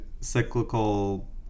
cyclical